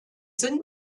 sind